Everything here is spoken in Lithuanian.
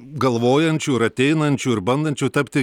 galvojančių ir ateinančių ir bandančių tapti